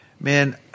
man